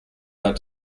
out